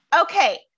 Okay